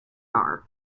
are